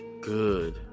good